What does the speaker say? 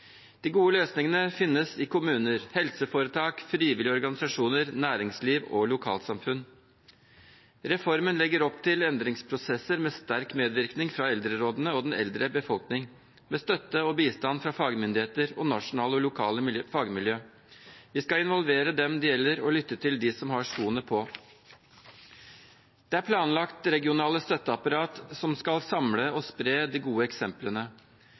De gode løsningene finnes i kommuner, helseforetak, frivillige organisasjoner, næringsliv og lokalsamfunn. Reformen legger opp til endringsprosesser med sterk medvirkning fra eldrerådene og den eldre befolkning, med støtte og bistand fra fagmyndigheter og nasjonale og lokale fagmiljøer. Vi skal involvere dem det gjelder, og lytte til dem som har skoene på. Det er planlagt regionale støtteapparat som skal samle og spre de gode eksemplene.